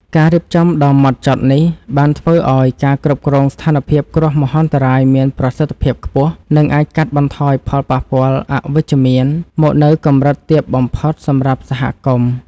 ការរៀបចំដ៏ហ្មត់ចត់នេះ បានធ្វើឱ្យការគ្រប់គ្រងស្ថានភាពគ្រោះមហន្តរាយមានប្រសិទ្ធភាពខ្ពស់ និងអាចកាត់បន្ថយផលប៉ះពាល់អវិជ្ជមានមកនៅកម្រិតទាបបំផុតសម្រាប់សហគមន៍។